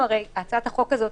הצעת החוק הזאת,